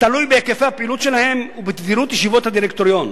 תלוי בהיקפי הפעילות שלהם ובתדירות ישיבות הדירקטוריון.